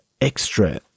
extra